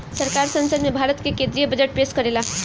सरकार संसद में भारत के केद्रीय बजट पेस करेला